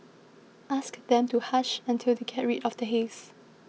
ask them to hush until they get rid of the haze